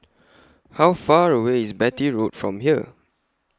How Far away IS Beatty Road from here